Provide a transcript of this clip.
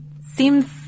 seems